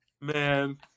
Man